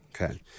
Okay